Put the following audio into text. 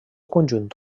conjunt